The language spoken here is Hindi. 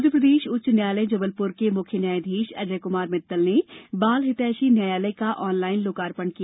मध्यप्रदेश उच्च न्यायालय जबलप्र के मुख्य न्यायाधीष अजय कुमार मित्तल ने बाल हितैषी न्यायालय का ऑनलाइन लोकार्पण किया